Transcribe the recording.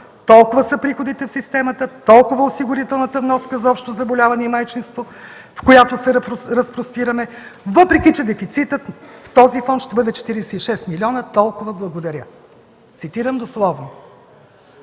толкова са приходите в системата, толкова е осигурителната вноска за общо заболяване и майчинство, в която се разпростираме, въпреки че дефицитът в този фонд ще бъде 46 милиона. Толкова. Благодаря”, цитирам дословно.